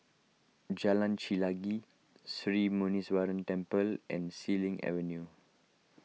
Jalan Chelagi Sri Muneeswaran Temple and Xilin Avenue